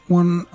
one